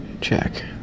check